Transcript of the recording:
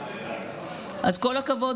אז כל הכבוד,